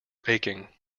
aching